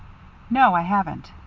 no, i haven't.